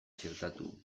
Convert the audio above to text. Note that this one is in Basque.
txertatu